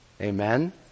Amen